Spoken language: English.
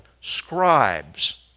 scribes